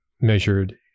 measured